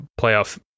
playoff